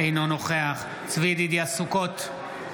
אינו נוכח צבי ידידיה סוכות,